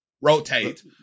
Rotate